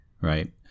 Right